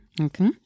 Okay